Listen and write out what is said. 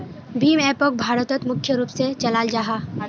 भीम एपोक भारतोत मुख्य रूप से चलाल जाहा